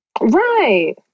Right